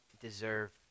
deserve